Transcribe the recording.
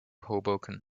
hoboken